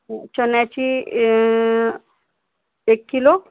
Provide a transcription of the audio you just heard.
चण्याची एक किलो